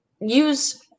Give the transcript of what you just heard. use